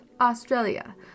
Australia